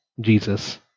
Jesus